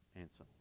answer